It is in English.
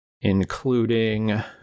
including